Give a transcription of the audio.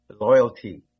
loyalty